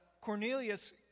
Cornelius